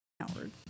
outward